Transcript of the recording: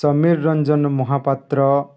Samir Ranjan Mohapatra